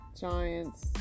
Giants